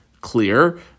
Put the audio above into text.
clear